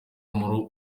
muri